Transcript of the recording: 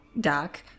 doc